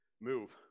Move